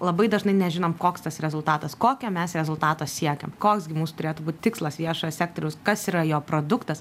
labai dažnai nežinom koks tas rezultatas kokio mes rezultato siekiam koks gi mūsų turėtų būt tikslas viešojo sektoriaus kas yra jo produktas